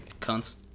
Cunts